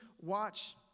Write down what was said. watch